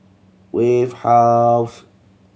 Wave House